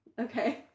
Okay